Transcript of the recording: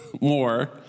more